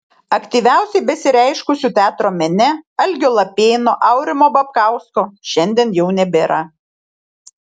aktyviausiai besireiškusių teatro mene algio lapėno aurimo babkausko šiandien jau nebėra